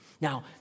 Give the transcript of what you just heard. Now